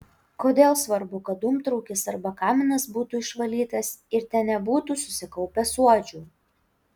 kodėl svarbu kad dūmtraukis arba kaminas būtų išvalytas ir ten nebūtų susikaupę suodžių